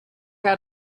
out